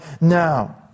now